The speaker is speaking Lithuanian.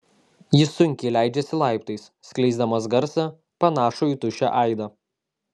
jis sunkiai leidžiasi laiptais skleisdamas garsą panašų į tuščią aidą